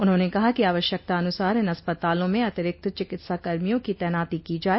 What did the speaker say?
उन्होंने कहा कि आवश्यकता अन्सार इन अस्पतालों में अतिरिक्त चिकित्सा कर्मियों की तैनाती की जाये